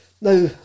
Now